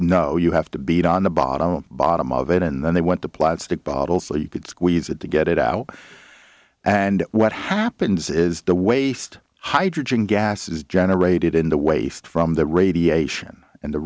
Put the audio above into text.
know you have to beat on the bottom bottom of it and then they want the plastic bottle so you could squeeze it to get it out and what happens is the waste hydrogen gas is generated in the waste from the radiation and the